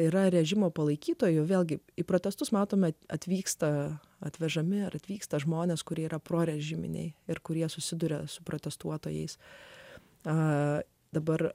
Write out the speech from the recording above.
yra režimo palaikytojų vėlgi į protestus matome atvyksta atvežami atvyksta žmonės kurie yra pro režiminėje ir kurie susiduria su protestuotojais a dabar